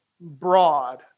broad